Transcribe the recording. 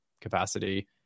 capacity